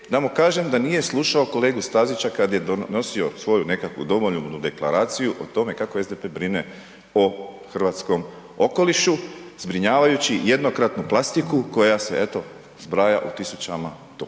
da mu kažem da nije slušao kolegu Stazića kad je donosio svoju nekakvu domoljubnu deklaraciju o tome kako SDP brine o hrvatskom okolišu zbrinjavajući jednokratnu plastiku koja se eto, zbraja u tisućama tona,